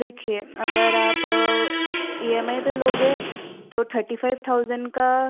देखिए अगर आप ई एम आई पर लोगे तो थर्टी फ़ाइव थाउज़ेन का